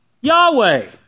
Yahweh